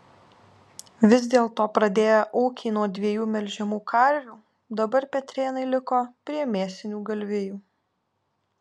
vis dėlto pradėję ūkį nuo dviejų melžiamų karvių dabar petrėnai liko prie mėsinių galvijų